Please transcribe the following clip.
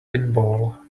pinball